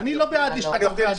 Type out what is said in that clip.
אני לא בעד לשכת עורכי הדין.